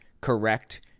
correct